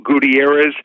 Gutierrez